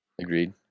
Agreed